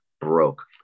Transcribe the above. broke